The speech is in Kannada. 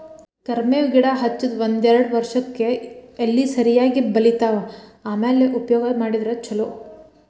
ಕರ್ಮೇವ್ ಗಿಡಾ ಹಚ್ಚದ ಒಂದ್ಯಾರ್ಡ್ ವರ್ಷಕ್ಕೆ ಎಲಿ ಸರಿಯಾಗಿ ಬಲಿತಾವ ಆಮ್ಯಾಲ ಉಪಯೋಗ ಮಾಡಿದ್ರ ಛಲೋ